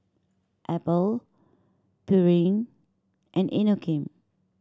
Apple Pureen and Inokim